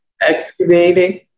excavating